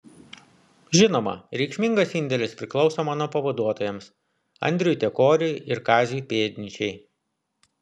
žinoma reikšmingas indėlis priklauso mano pavaduotojams andriui tekoriui ir kaziui pėdnyčiai